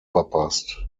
verpasst